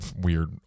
weird